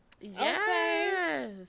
Yes